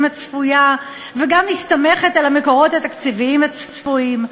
הצפויה וגם מסתמכת על המקורות התקציביים הצפויים.